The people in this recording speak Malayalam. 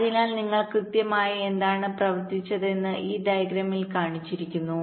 അതിനാൽ നിങ്ങൾ കൃത്യമായി എന്താണ് പ്രവർത്തിച്ചതെന്ന് ഈ ഡയഗ്രാമിൽ കാണിച്ചിരിക്കുന്നു